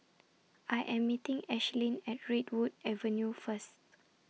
I Am meeting Ashlyn At Redwood Avenue First